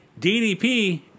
DDP